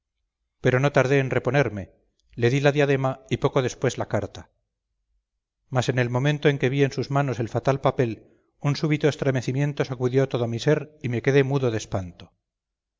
pero no tardé en reponerme le di la diadema y poco después la carta mas en el momento en que vi en sus manos el fatal papel un súbito estremecimiento sacudió todo mi ser y me quedé mudo de espanto